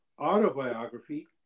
autobiography